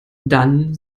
dann